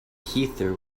heather